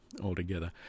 altogether